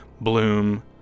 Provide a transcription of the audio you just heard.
bloom